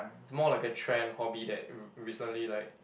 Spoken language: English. it's more like a trend hobby that re~ recently like